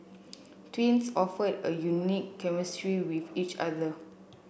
twins often a unique chemistry with each other